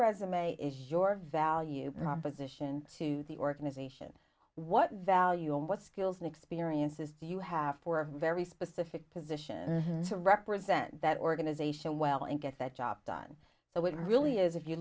resume is your value proposition to the organization what value and what skills and experiences do you have for a very specific position to represent that organization well and get that job done so it really is if you